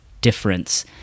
difference